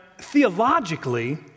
theologically